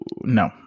no